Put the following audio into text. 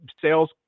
sales